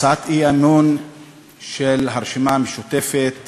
הצעת האי-אמון של הרשימה המשותפת